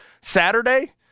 Saturday